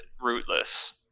rootless